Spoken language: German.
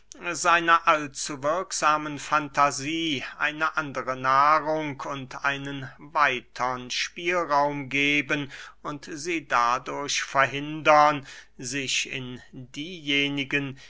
seiner allzuwirksamen fantasie eine andere nahrung und einen weitern spielraum geben und sie dadurch verhindern sich in diejenigen